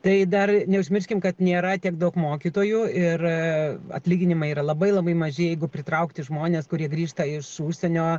tai dar neužmirškim kad nėra tiek daug mokytojų ir atlyginimai yra labai labai maži jeigu pritraukti žmones kurie grįžta iš užsienio